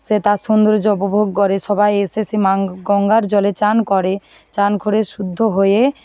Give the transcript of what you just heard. সে তার সৌন্দর্য উপভোগ করে সবাই এসে সে মা গঙ্গার জলে চান করে চান করে শুদ্ধ হয়ে